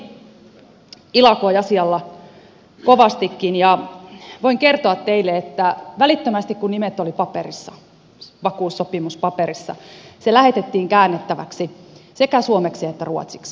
edustaja soini ilakoi asialla kovastikin ja voin kertoa teille että välittömästi kun nimet olivat vakuussopimuspaperissa se lähetettiin käännettäväksi sekä suomeksi että ruotsiksi